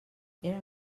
eren